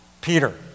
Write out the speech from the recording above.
Peter